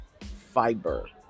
fiber